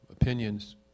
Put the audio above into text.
opinions